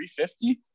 350